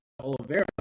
Olivera